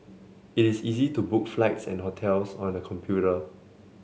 it is easy to book flights and hotels on the computer